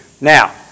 Now